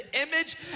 image